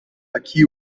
aqui